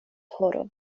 horo